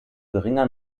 geringer